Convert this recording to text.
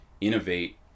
innovate